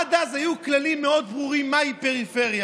עד אז היו כללים מאוד ברורים מהי פריפריה.